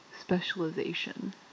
specialization